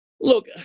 Look